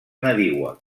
nadiua